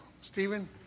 Stephen